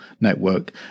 network